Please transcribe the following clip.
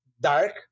dark